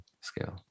scale